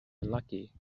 unlucky